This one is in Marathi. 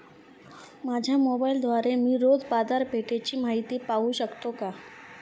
माझ्या मोबाइलद्वारे मी रोज बाजारपेठेची माहिती पाहू शकतो का?